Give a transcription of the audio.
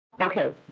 okay